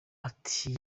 ati